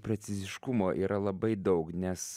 preciziškumo yra labai daug nes